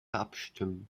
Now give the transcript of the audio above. abstimmen